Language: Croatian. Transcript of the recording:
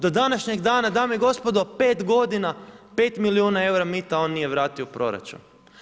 Do današnjeg dana, dame i gospodo, 5 godina, 5 milijuna eura mita on nije vratio u proračun.